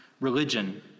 religion